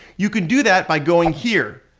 you can do that by going here.